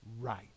right